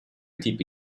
tipi